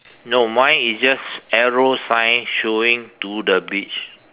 no mine is just arrow sign showing to the beach